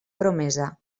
promesa